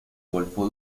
golfo